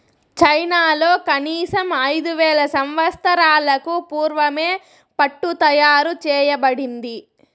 చైనాలో కనీసం ఐదు వేల సంవత్సరాలకు పూర్వమే పట్టు తయారు చేయబడింది